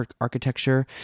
architecture